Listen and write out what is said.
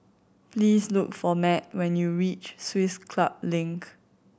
please look for Matt when you reach Swiss Club Link